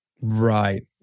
Right